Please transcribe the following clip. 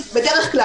בדרך כלל,